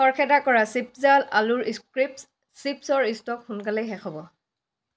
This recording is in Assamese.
খৰখেদা কৰা চিপ্জা আলুৰ ক্ৰিস্প্ছ চিপ্ছৰ ষ্ট'ক সোনকালেই শেষ হ'ব